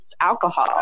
alcohol